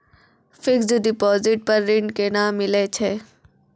Fixed deposit पर ऋण केना मिलै छै?